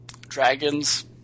dragons